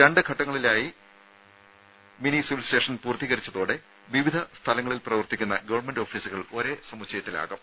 രണ്ട് ഘട്ടങ്ങളായി mini civil station പൂർത്തീകരിച്ചതോടെ വിവിധ സ്ഥലങ്ങളിലായി പ്രവർത്തിക്കുന്ന ഗവൺമെന്റ് ഓഫീസുകൾ ഒരേ സമുച്ചയത്തിലാവും